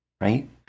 right